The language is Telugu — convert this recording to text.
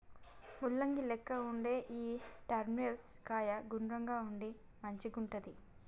ముల్లంగి లెక్క వుండే ఈ టర్నిప్ కాయ గుండ్రంగా ఉండి మంచిగుంటది